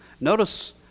Notice